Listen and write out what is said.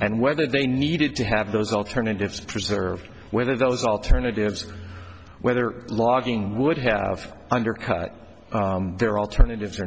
and whether they needed to have those alternatives preserved whether those alternatives whether logging would have undercut their alternatives or